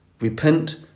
repent